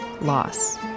loss